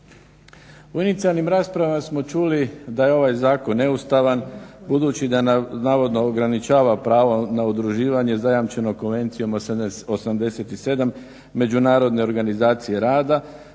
U inicijalnim raspravama smo čuli da je ovaj zakon neustavan, budući da navodno ograničava pravo na udruživanje zajamčeno Konvencijom 87. Međunarodne organizacije rada.